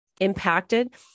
impacted